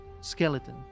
skeleton